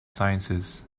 sciences